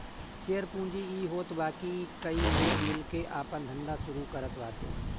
share पूंजी इ होत बाकी कई लोग मिल के आपन धंधा शुरू करत बाटे